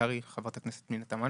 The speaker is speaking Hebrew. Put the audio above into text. פרלמנטרי של חברת הכנסת פנינה תמנו.